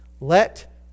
Let